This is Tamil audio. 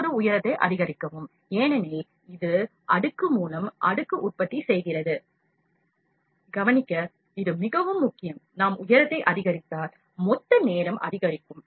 இப்போது உயரத்தை அதிகரிக்கவும் ஏனெனில் இது அடுக்கு மூலம் அடுக்கு உற்பத்தி செய்கிறது கவனிக்க இது மிகவும் முக்கியம் நாம் உயரத்தை அதிகரித்தால் மொத்த நேரம் அதிகரிக்கும்